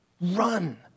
Run